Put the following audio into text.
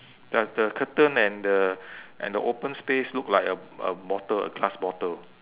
the the curtain and the and the open space look like a a bottle a glass bottle